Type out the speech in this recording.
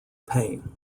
payne